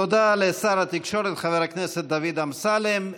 תודה לשר התקשורת חבר הכנסת דוד אמסלם.